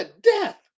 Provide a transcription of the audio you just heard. death